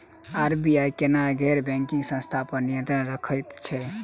RBI केना गैर banking संस्था पर नियत्रंण राखैत छैक?